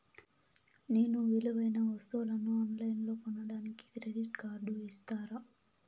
నేను విలువైన వస్తువులను ఆన్ లైన్లో కొనడానికి క్రెడిట్ కార్డు ఇస్తారా?